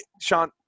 Sean –